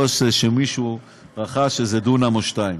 לא שמישהו רכש איזה דונם או שניים.